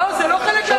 לא, זה לא חלק מהרזרבה.